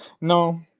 No